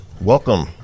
Welcome